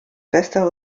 bester